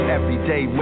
Everyday